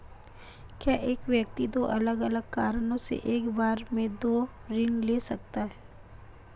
क्या एक व्यक्ति दो अलग अलग कारणों से एक बार में दो ऋण ले सकता है?